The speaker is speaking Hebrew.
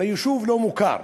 ביישוב לא מוכר,